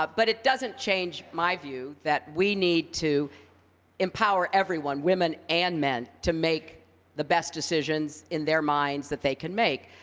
ah but it doesn't change my view that we need to empower everyone, women and men, to make the best decisions in their minds that they can make.